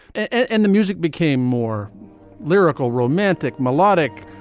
and the music became more lyrical, romantic, melodic,